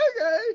okay